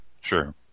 Sure